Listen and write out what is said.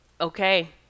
okay